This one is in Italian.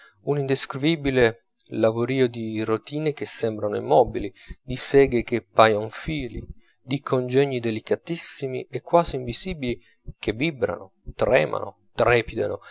un indescrivibile lavorio di rotine che sembrano immobili di seghe che paion fili di congegni delicatissimi e quasi invisibili che vibrano tremano trepidano